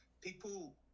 people